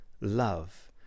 love